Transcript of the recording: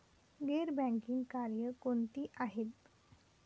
गैर बँकिंग कार्य कोणती आहेत?